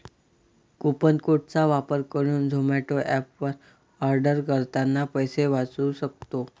coupon code चा वापर करुन झोमाटो एप वर आर्डर करतांना पैसे वाचउ सक्तो